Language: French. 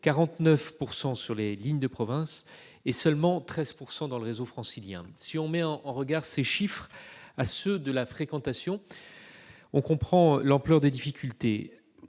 49 % sur les lignes de province et seulement 13 % dans le réseau francilien. Si l'on met en regard ces chiffres avec ceux de la fréquentation, on mesure davantage l'ampleur des difficultés.